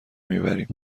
میبریم